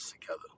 together